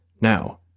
Now